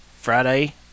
Friday